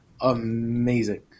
amazing